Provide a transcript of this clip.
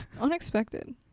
Unexpected